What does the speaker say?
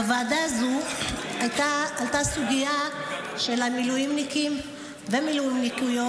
בוועדה זו עלתה סוגיה של מילואימניקים ומילואימניקיות